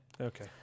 okay